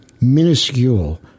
minuscule